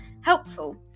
helpful